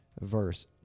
verse